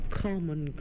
common